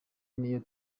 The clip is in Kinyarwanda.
niyo